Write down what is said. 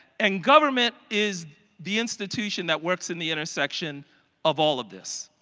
and government is the institution that works in the intersection of all of this.